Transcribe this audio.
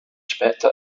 später